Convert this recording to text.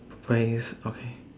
face okay